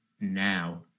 now